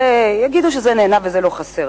יגידו שזה נהנה וזה לא חסר,